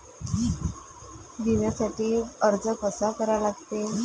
बिम्यासाठी अर्ज कसा करा लागते?